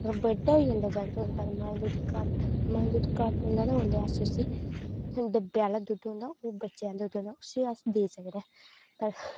बड़ा होई जंदा जिसलै जागत ओहदे बाद मां दा दुद्ध घट्ट मां दा दुद्ध होंदा ते उसलै अस उसी डिव्वे आहला दुद्ध होंदा ओह् बच्चे गी दुद्ध उसी अस देई सकने आं